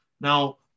Now